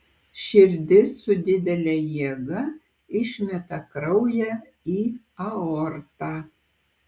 širdis su didele jėga išmeta kraują į aortą